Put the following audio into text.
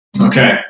Okay